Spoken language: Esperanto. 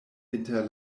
inter